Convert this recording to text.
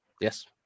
Yes